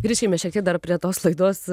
grįžkime šiek tiek dar prie tos laidos